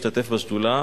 הוא השתתף בשדולה,